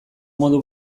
modu